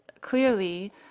clearly